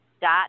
Dot